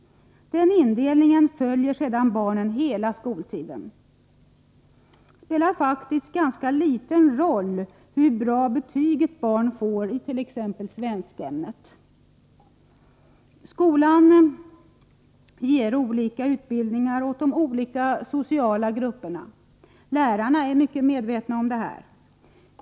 Den indelningen följer sedan barnen hela skoltiden. Det spelar faktiskt ganska liten roll hur bra betyg ett barn får i t.ex. svenskämnet. Skolan ger olika utbildningar åt de olika socialgrupperna. Lärarna är mycket medvetna om detta.